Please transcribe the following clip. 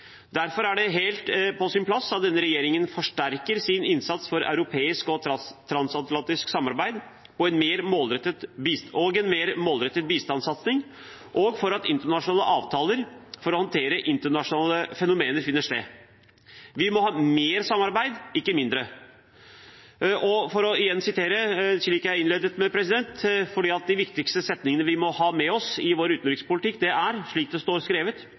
Derfor er det helt på sin plass at denne regjeringen forsterker sin innsats for europeisk og transatlantisk samarbeid, for en mer målrettet bistandssatsing og for internasjonale avtaler for å håndtere internasjonale fenomener som finner sted. Vi må ha mer samarbeid, ikke mindre. Jeg vil igjen sitere menneskerettighetserklæringen, som jeg innledet med. De viktigste setningene vi må ha med oss i vår utenrikspolitikk, er: